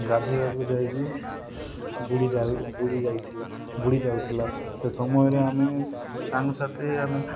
ଗାଧେଇବାକୁ ଯାଇକି ବୁଡ଼ି ଯାଉ ବୁଡ଼ି ଯାଇଥିଲା ବୁଡ଼ି ଯାଉଥିଲା ସେ ସମୟରେ ଆମେ ସାଙ୍ଗସାଥି ଆମେ